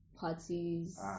parties